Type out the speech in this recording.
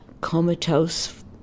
comatose